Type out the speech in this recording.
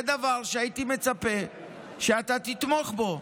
זה דבר שהייתי מצפה שאתה תתמוך בו.